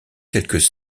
quelques